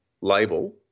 label